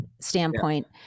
standpoint